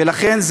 ולכן,